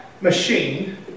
Machine